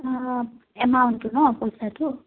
এমাউণ্টো ন পইচাটো